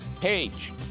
Page